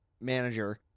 manager